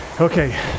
Okay